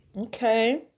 okay